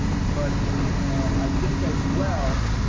but i think as well,